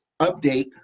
update